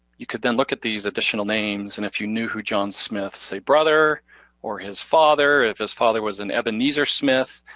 you could then look at these additional names, and if you knew who john smith's brother or his father, if his father was an ebeneezer smith,